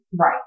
Right